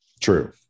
true